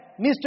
Mr